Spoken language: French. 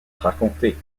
raconté